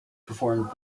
performed